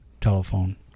telephone